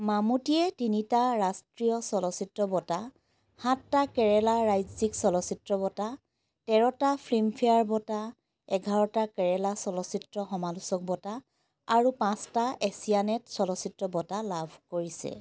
মামুটীয়ে তিনিটা ৰাষ্ট্ৰীয় চলচ্চিত্ৰ বঁটা সাতটা কেৰেলা ৰাজ্যিক চলচ্চিত্ৰ বঁটা তেৰটা ফিল্মফেয়াৰ বঁটা এঘাৰটা কেৰেলা চলচ্চিত্ৰ সমালোচক বঁটা আৰু পাঁচটা এছিয়ানেট চলচ্চিত্ৰ বঁটা লাভ কৰিছে